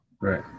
Right